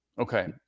Okay